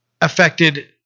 affected